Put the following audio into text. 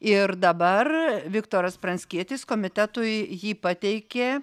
ir dabar viktoras pranckietis komitetui jį pateikė